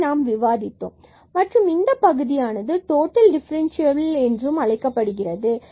இதனை நாம் விவாதித்தோம் மற்றும் இந்த பகுதியானது டோட்டல் டிஃபரண்ட்சியபில் என்று அழைக்கப்படுகிறது